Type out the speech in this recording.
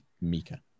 Mika